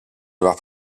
avoir